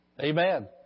Amen